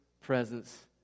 presence